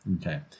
Okay